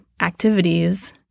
activities